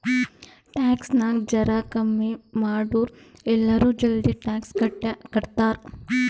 tax ನಾಗ್ ಜರಾ ಕಮ್ಮಿ ಮಾಡುರ್ ಎಲ್ಲರೂ ಜಲ್ದಿ ಟ್ಯಾಕ್ಸ್ ಕಟ್ತಾರ್